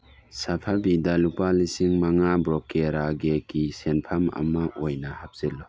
ꯁꯥꯐꯕꯤꯗ ꯂꯨꯄꯥ ꯂꯤꯁꯤꯡ ꯃꯉꯥ ꯕ꯭ꯔꯣꯀꯦꯔꯥꯒꯦꯀꯤ ꯁꯦꯟꯐꯝ ꯑꯃ ꯑꯣꯏꯅ ꯍꯥꯞꯆꯤꯜꯂꯨ